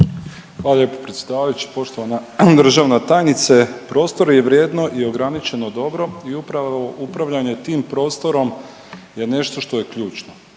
Hvala lijepo predsjedavajući, poštovana državna tajnice. Prostor je vrijedno i ograničeno dobro i upravo u upravljanju tim prostorom je nešto što je ključno.